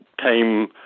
came